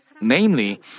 Namely